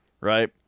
right